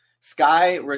Sky